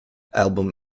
album